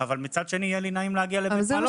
אבל מצד שני יהיה לי נעים להגיע לבית מלון שכן תיקן.